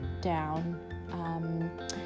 down